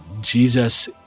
Jesus